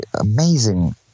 amazing